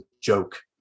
joke